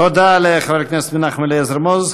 תודה לחבר הכנסת מנחם אליעזר מוזס.